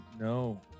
No